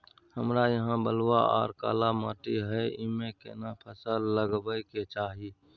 हमरा यहाँ बलूआ आर काला माटी हय ईमे केना फसल लगबै के चाही?